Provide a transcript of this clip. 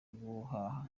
guhaha